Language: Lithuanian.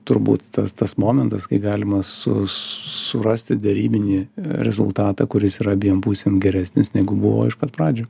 turbūt tas tas momentas kai galima su surasti derybinį rezultatą kuris ir abiem pusėms geresnis negu buvo iš pat pradžių